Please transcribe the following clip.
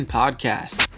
podcast